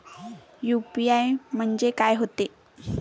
UPI म्हणजे का होते?